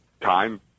time